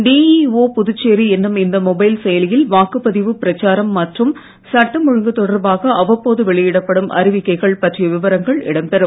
teached Puducherry என்னும் இந்த mobile செயலியில் வாக்குப்பதிவு பிரச்சாரம் மற்றும் சட்டம் ஒழுங்கு தொடர்பாக அவ்வப்போது வெளியிடப்படும் அறிவிக்கைகள் பற்றிய விவரங்கள் இடம்பெறும்